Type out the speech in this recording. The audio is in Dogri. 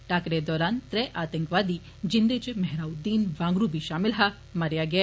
टाकरे दौरान त्रै आतंकवादी जिन्दे च मेहराऊद्दीन वांगरु बी शामल हा मारेआ गेआ